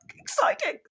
exciting